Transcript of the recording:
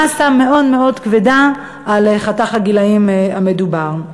מאסה מאוד מאוד כבדה על חתך הגילאים המדובר.